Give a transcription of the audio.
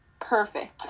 Perfect